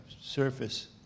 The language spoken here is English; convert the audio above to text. surface